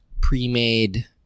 pre-made